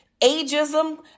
ageism